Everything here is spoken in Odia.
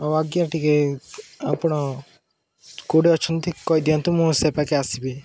ଆଉ ଆଜ୍ଞା ଟିକେ ଆପଣ କେଉଁଠି ଅଛନ୍ତି କହିଦିଅନ୍ତୁ ମୁଁ ସେ ପାଖେ ଆସିବି